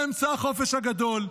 אמצע החופש הגדול.